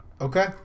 Okay